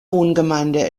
wohngemeinde